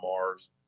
Mars